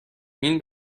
این